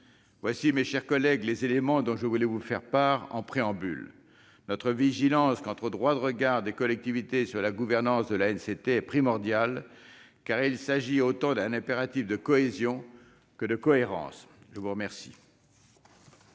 Voilà, mes chers collègues, les éléments dont je voulais vous faire part en préambule. Notre vigilance quant au droit de regard des collectivités sur la gouvernance de l'ANCT est primordiale, car il s'agit d'un impératif tant de cohésion que de cohérence. La parole